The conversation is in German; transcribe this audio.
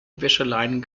wäscheleinen